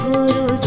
Guru